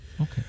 Okay